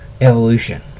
evolution